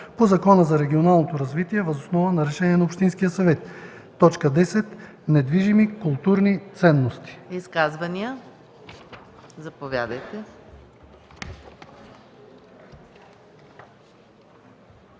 по Закона за регионалното развитие въз основа на решение на общинския съвет; 10. недвижими културни ценности.”